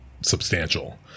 substantial